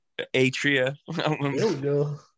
Atria